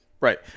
Right